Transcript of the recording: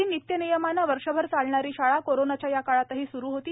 अगदी नित्यनियमाने वर्षभर चालणारी कोरोनाच्या या काळातही सुरू होती